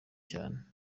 cyane